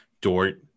Dort